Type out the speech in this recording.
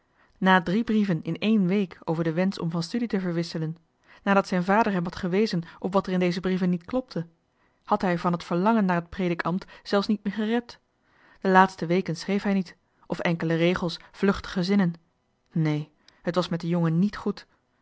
na drie brieven in ééne week over den wensch om van studie te verwisselen nadat zijn vader hem had gewezen op wat er in deze brieven niet klopte had hij van een verlangen naar het predikambt zelfs niet meer gerept de laatste weken schreef hij niet of enkele regels vluchtige zinnen neen het was met den jongen niet goed